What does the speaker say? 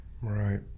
Right